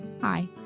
Hi